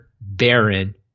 Baron